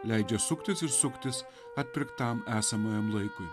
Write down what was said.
leidžia suktis ir suktis atpirktam esamajam laikui